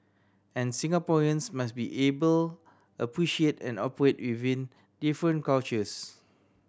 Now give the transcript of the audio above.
and Singaporeans must be able appreciate and operate within different cultures